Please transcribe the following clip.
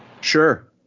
Sure